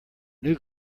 new